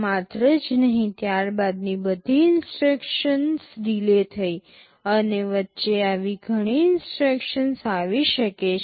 માત્ર આ જ નહીં ત્યારબાદની બધી ઇન્સટ્રક્શન્સ ડિલે થઈ અને વચ્ચે આવી ઘણી ઇન્સટ્રક્શન્સ આવી શકે છે